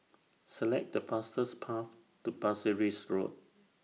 Select The fastest Path to Pasir Ris Road